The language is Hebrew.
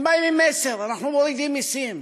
הם באים עם מסר: אנחנו מורידים מסים.